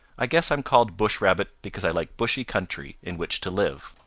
i guess i'm called bush rabbit because i like bushy country in which to live.